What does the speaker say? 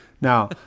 Now